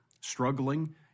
struggling